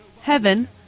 Heaven